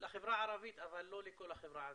לחברה הערבית, אבל לא לכל החברה הערבית.